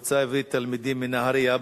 וקבוצת תלמידים מנהרייה.